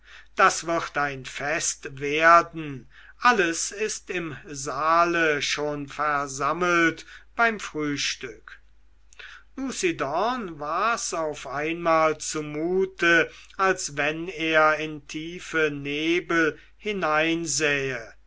das wird ein fest werden alles ist im saale schon versammelt beim frühstück lucidorn war's auf einmal zumute als wenn er in tiefe nebel hineinsähe